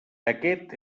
aquest